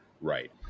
right